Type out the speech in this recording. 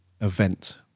event